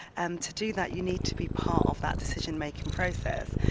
and to do that you need to be part of that decision making process.